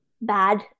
bad